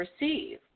receive